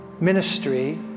ministry